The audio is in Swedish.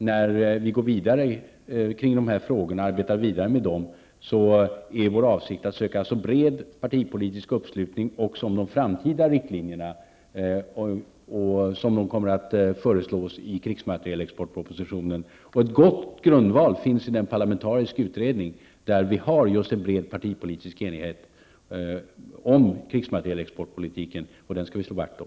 När vi arbetar vidare med dessa frågor är vår avsikt att söka en så bred partipolitisk uppslutning som möjligt också om de framtida riktlinjerna, som kommer att föreslås i propositionen om krigsmaterielexport. En god grundval finns i den parlamentariska utredningen där vi har en bred partipolitisk enighet om krigsmaterielexportpolitiken. Den skall vi slå vakt om.